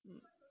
hmm